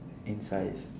in size